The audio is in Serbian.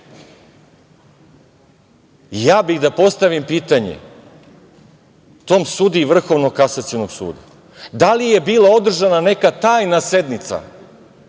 bih da postavim pitanje tom sudiji Vrhovnog kasacionog suda – da li je bila održana neka tajna sednica